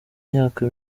myaka